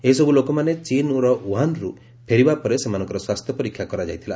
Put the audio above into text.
ଏହି ସବୁ ଲୋକମାନେ ଚୀନ ଉହ୍ୱାନରୁ ଫେରିବା ପରେ ସେମାନଙ୍କର ସ୍ୱାସ୍ଥ୍ୟ ପରୀକ୍ଷା କରାଯାଇଥିଲା